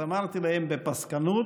אז אמרתי להם בפסקנות: